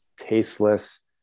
tasteless